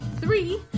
three